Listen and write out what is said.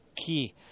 key